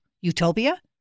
Utopia